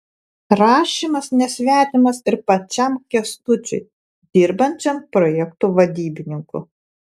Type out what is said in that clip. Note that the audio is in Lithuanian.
rašymas nesvetimas ir pačiam kęstučiui dirbančiam projektų vadybininku